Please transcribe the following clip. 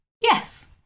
yes